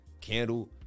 candle